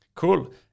Cool